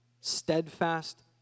steadfast